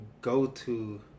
go-to